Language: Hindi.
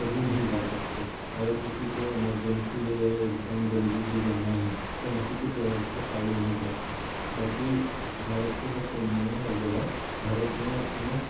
कभी नहीं जा सकते अगर किसी को इमरजेंसी है एकदम जल्दी ही जाना है तो ऐसी कुछ व्यवस्था पाई नहीं जाती बाकी भारत के हर कोने में हर जगह भारत में अपने